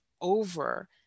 over